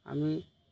আমি